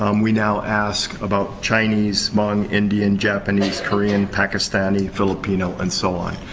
um we now ask about chinese, hmong, indian, japanese, korean, pakistani, filipino, and so on.